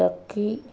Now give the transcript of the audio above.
turkey